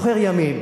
אבל אני זוכר ימים,